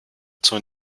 zur